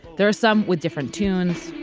there are some with different tunes,